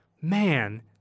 man